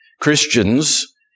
Christians